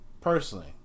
personally